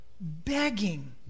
begging